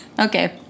Okay